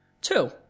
Two